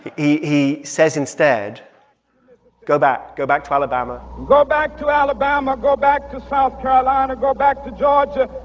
he he says instead go back go back to alabama go back to alabama. go back to south carolina. go back to georgia.